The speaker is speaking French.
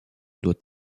doit